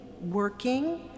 working